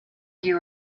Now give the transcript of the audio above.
you